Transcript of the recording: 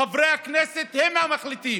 חברי הכנסת הם המחליטים.